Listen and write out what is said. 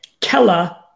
Kella